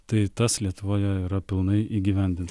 tai tas lietuvoje yra pilnai įgyvendint